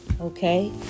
Okay